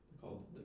called